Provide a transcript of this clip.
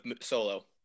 solo